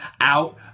out